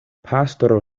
pastro